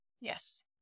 Yes